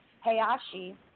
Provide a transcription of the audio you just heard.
Hayashi